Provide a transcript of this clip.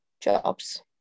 jobs